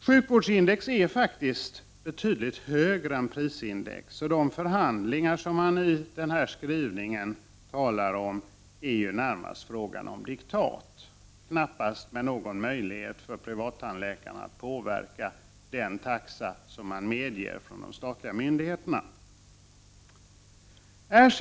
Sjukvårdsindex är faktiskt betydligt högre än prisindex, och i de förhandlingar som det talas om i utskottets skrivning är det närmast fråga om diktat, knappast med någon möjlighet för privattandläkare att påverka den taxa som de statliga myndigheterna medger.